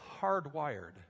hardwired